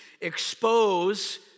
expose